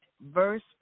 verse